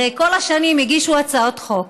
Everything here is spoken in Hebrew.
הרי כל השנים הגישו הצעות חוק,